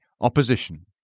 opposition